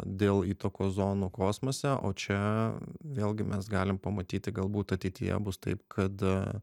dėl įtakos zonų kosmose o čia vėlgi mes galim pamatyti galbūt ateityje bus taip kad